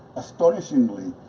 astonishingly,